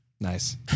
Nice